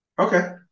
Okay